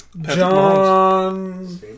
John